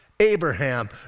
Abraham